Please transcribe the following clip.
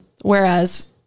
whereas